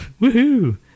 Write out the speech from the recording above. Woohoo